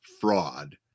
fraud